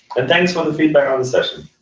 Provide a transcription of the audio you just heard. and thanks for the feedback on the session.